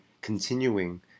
continuing